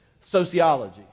Sociology